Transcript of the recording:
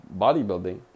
bodybuilding